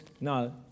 no